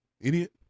Idiot